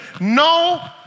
No